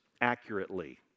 accurately